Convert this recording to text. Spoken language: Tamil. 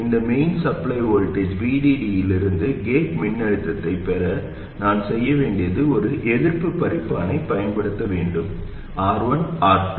இந்த மெயின் சப்ளை வோல்டேஜ் VDD இலிருந்து கேட் மின்னழுத்தத்தைப் பெற நான் செய்ய வேண்டியது ஒரு எதிர்ப்புப் பிரிப்பானைப் பயன்படுத்த வேண்டும் R1 R2